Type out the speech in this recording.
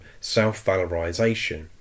self-valorisation